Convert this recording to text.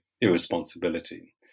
irresponsibility